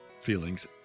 feelings